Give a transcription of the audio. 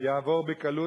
תעבור בקלות,